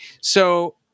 So-